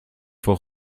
faut